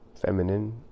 feminine